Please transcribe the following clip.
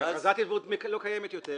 ------ לא קיימת יותר.